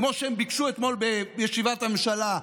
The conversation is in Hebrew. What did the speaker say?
כמו שהם ביקשו אתמול בישיבת הממשלה,